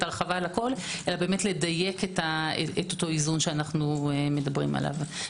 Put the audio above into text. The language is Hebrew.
ההרחבה על הכול אלא לדייק את אותו איזון שאנו מדברים עליו.